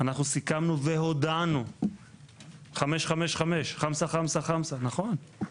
אנחנו סיכמנו והודענו 555, חמסה חמסה חמסה, נכון,